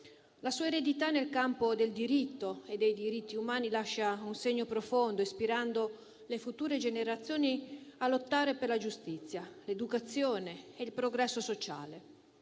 La sua eredità nel campo del diritto e dei diritti umani lascia un segno profondo, ispirando le future generazioni a lottare per la giustizia, l'educazione e il progresso sociale.